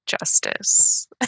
justice